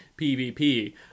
pvp